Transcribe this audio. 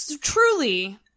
truly